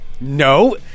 No